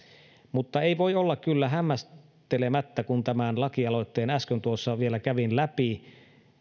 mutta ei voi olla kyllä hämmästelemättä kun tämän lakialoitteen äsken tuossa vielä kävin läpi